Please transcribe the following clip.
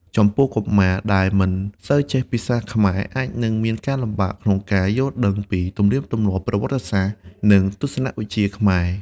ចំពោះ កុមារដែលមិនសូវចេះភាសាខ្មែរ អាចនឹងមានការលំបាកក្នុងការយល់ដឹងពីទំនៀមទម្លាប់ ប្រវត្តិសាស្ត្រ និងទស្សនវិជ្ជាខ្មែរ។